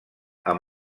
amb